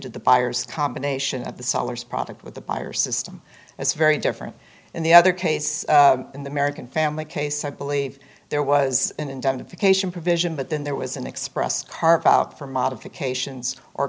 to the buyer's combination of the seller's product with the buyer system it's very different in the other case in the american family case i believe there was an indemnification provision but then there was an express card for modifications or